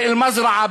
באל-מזרעה,